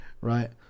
right